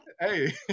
Hey